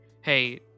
Hey